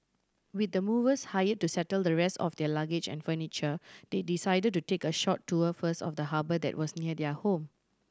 with the movers hired to settle the rest of their luggage and furniture they decided to take a short tour first of the harbour that was near their home